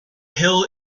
hill